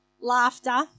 laughter